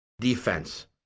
defense